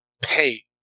pay